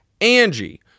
Angie